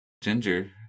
Ginger